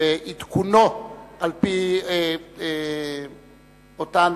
ועדכונו על-פי אותן